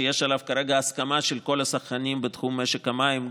שיש עליו כרגע הסכמה של כל השחקנים בתחום משק המים,